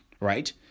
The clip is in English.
right